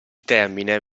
termine